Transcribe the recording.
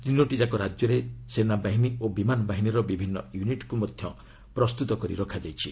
ତିନିଟିଯାକ ରାଜ୍ୟରେ ସେନାବାହିନୀ ଓ ବିମାନ ବାହିନୀର ବିଭିନ୍ନ ୟୁନିଟ୍କୁ ମଧ୍ୟ ପ୍ରସ୍ତୁର କରି ରଖାଯାଇଛି